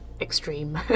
extreme